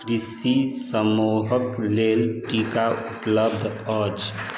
कृषि समूहक लेल टीका उपलब्ध अछि